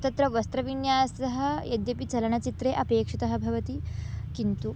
तत्र वस्त्रविन्यासः यद्यपि चलनचित्रे अपेक्षितः भवति किन्तु